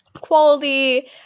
quality